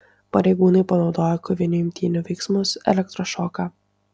pareigūnai panaudojo kovinių imtynių veiksmus elektrošoką